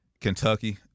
Kentucky